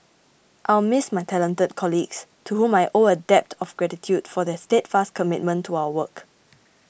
I'll miss my talented colleagues to whom I owe a debt of gratitude for their steadfast commitment to our work